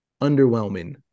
underwhelming